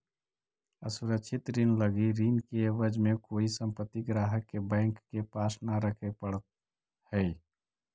असुरक्षित ऋण लगी ऋण के एवज में कोई संपत्ति ग्राहक के बैंक के पास न रखे पड़ऽ हइ